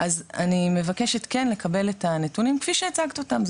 אז אני מבקשת כן לקבל את הנתונים כפי שהצגת אותם.